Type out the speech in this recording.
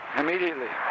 immediately